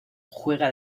juega